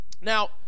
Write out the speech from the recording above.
Now